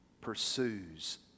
pursues